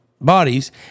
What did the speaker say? Bodies